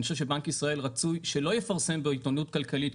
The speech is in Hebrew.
אני חושב שבנק ישראל רצוי שלא יפרסם בעיתונות כלכלית,